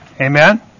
Amen